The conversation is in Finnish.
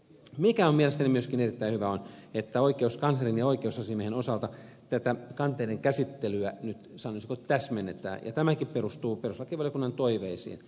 mikä on mielestäni myöskin erittäin hyvä on että oikeuskanslerin ja oikeusasiamiehen osalta tätä kanteiden käsittelyä nyt sanoisinko täsmennetään ja tämäkin perustuu perustuslakivaliokunnan toiveisiin